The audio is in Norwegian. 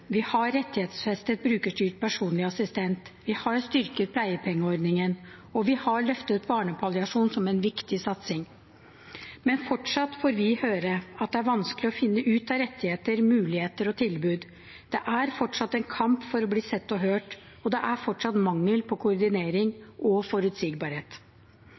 vi har rettighetsfestet brukerstyrt personlig assistent, vi har styrket pleiepengeordningen, og vi har løftet frem barnepalliasjon som en viktig satsing. Men fortsatt får vi høre at det er vanskelig å finne ut av rettigheter, muligheter og tilbud. Det er fortsatt en kamp for å bli sett og hørt, og det er fortsatt mangel på koordinering og forutsigbarhet.